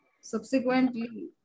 subsequently